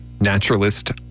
naturalist